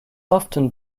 often